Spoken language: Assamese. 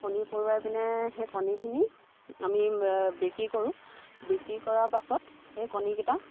কণী পৰোৱাই পিনে সেই কণীখিনি আমি বিক্ৰী কৰোঁ বিক্ৰী কৰা পাছত সেই কণীকেইটা